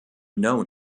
known